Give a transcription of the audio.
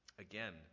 Again